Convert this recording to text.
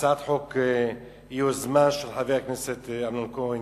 הצעת חוק זו היא יוזמה של חבר הכנסת אמנון כהן,